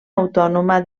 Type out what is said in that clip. autònoma